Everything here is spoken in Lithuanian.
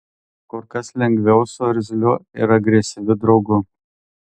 kur kas lengviau su irzliu ir agresyviu draugu